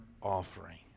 offering